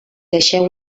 deixeu